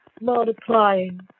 multiplying